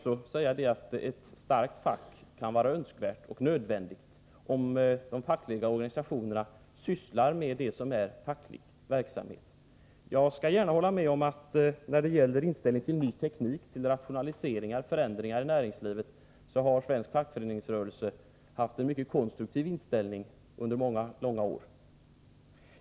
Ett starkt fack kan vara nödvändigt och önskvärt, om de fackliga organisationerna sysslar med det som är facklig verksamhet. Jag skall gärna hålla med om att svensk fackföreningsrörelse under många år haft en mycket konstruktiv inställning till ny teknik och till rationaliseringar och förändringar i näringslivet.